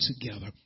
together